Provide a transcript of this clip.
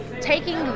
taking